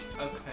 Okay